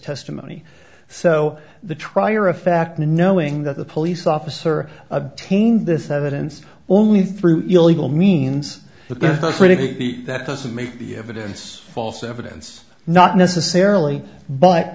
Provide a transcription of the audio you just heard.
testimony so the trier of fact knowing that the police officer obtained this evidence only through illegal means that doesn't make the evidence false evidence not necessarily but